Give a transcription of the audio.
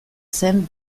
zen